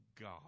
God